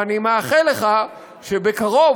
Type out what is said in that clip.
ואני מאחל לך שבקרוב,